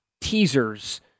teasers